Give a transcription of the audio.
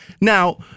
Now